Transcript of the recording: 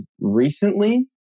recently